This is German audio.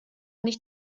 nicht